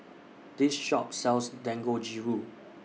This Shop sells Dangojiru